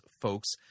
folks